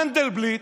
מנדלבליט,